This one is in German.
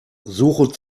suche